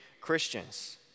Christians